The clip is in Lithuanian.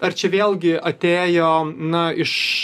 ar čia vėlgi atėjo na iš